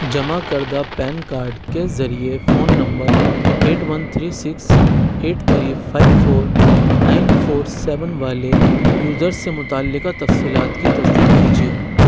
جمع کردہ PAN card کے ذریعے phone number eight one three six eight three five four nine four seven والے یوزر سے متعلقہ تفصیلات کی تصدیق کیجیے